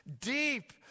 Deep